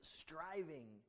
striving